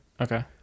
Okay